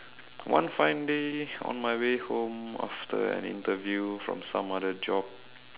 one fine day on my way home after an interview from some other job